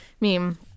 meme